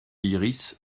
iris